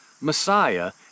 Messiah